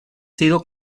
sido